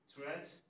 Threat